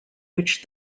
which